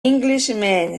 englishman